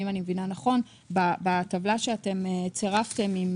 אם אני מבינה נכון, בטבלה שצירפתם עם